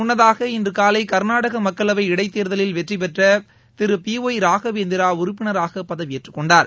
முன்னதாக இன்று காலை கர்நாடக மக்களவை இடைத் தேர்தலில் வெற்றி பெற்ற திரு பி ஒய் ராகவேந்திரா உறுப்பினராக பதவியேற்றுக் கொண்டார்